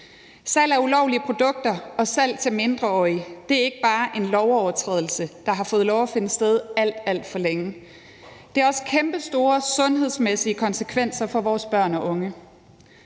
Salg af ulovlige produkter og salg til mindreårige er ikke bare en lovovertrædelse, der har fået lov at finde sted alt, alt for længe, det har også kæmpestore sundhedsmæssige konsekvenser for vores børn og unge.